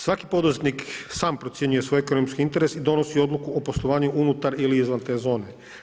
Svaki poduzetnik sam procjenjuje svoj ekonomski interes i donosi odluku o poslovanju unutar ili izvan te zone.